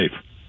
safe